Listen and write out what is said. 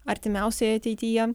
artimiausioje ateityje